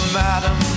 madam